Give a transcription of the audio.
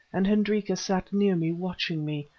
and hendrika sat near me watching me,